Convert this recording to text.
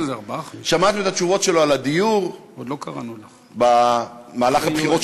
שמעתם את התשובות שלו על הדיור במהלך הבחירות,